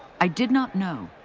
i did not know,